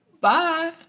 Bye